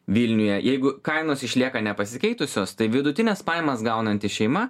vilniuje jeigu kainos išlieka nepasikeitusios tai vidutines pajamas gaunanti šeima